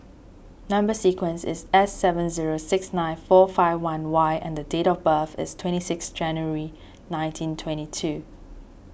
Number Sequence is S seven zero six nine four five one Y and date of birth is twenty six January nineteen twenty two